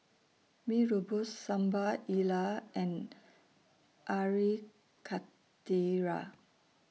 Mee Rebus Sambal Lala and Karthira